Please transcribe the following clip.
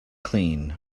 clean